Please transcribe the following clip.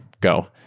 Go